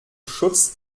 schutz